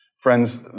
Friends